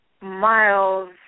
Miles